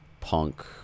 punk